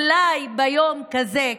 אולי ביום כזה,